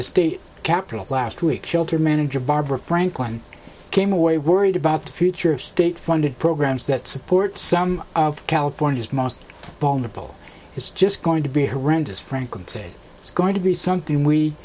the state capitol last week shelter manager barbara franklin came away worried about the future of state funded programs that support some of california's most vulnerable is just going to be horrendous frank and say it's going to be something we